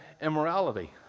immorality